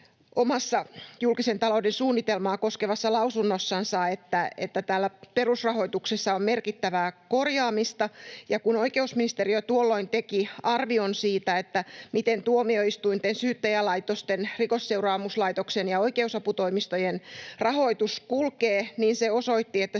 omassa julkisen talouden suunnitelmaa koskevassa lausunnossansa, että perusrahoituksessa on merkittävää korjaamista, ja kun oikeusministeriö tuolloin teki arvion, miten tuomioistuinten, Syyttäjälaitoksen, Rikosseuraamuslaitoksen ja oikeusaputoimistojen rahoitus kulkee, niin se osoitti, että